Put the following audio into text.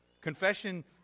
Confession